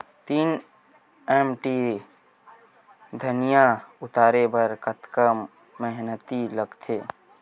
तीन एम.टी धनिया उतारे बर कतका मेहनती लागथे?